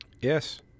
Yes